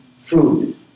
food